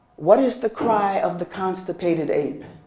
what is the cry of the constipated ape?